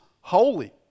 holy